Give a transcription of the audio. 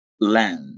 land